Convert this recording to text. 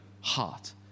heart